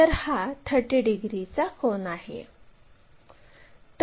तर हा 30 डिग्रीचा कोन आहे